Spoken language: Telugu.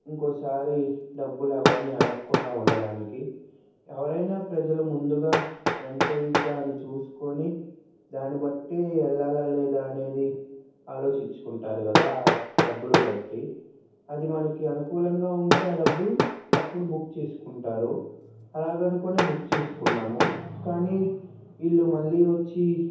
ఇంకొకసారి డబ్బులు ఎవరిని అడగకుండా ఉండడానికి ఎవరైనా ప్రజలు ముందుగా ఎంతయిద్దా అని చూసుకొని దాన్నిబట్టి వెళ్ళాలా లేదా అనేది ఆలోచించుకుంటారు కదా డబ్బులు బట్టి అది మనకి అనుకూలంగా ఉంటే ఆ డబ్బులు అప్పుడు బుక్ చేసుకుంటారు అలాగ అనుకొని బుక్ చేసుకున్నాము కానీ వీళ్ళు మళ్ళీ వచ్చి